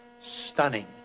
stunning